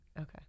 Okay